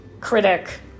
critic